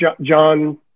John